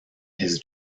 his